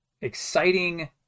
exciting